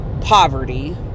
poverty